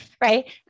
Right